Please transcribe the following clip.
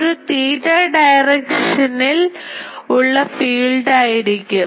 ഒരു theta direction ഉള്ള field ആയിരിക്കും